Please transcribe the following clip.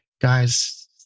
guys